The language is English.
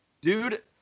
dude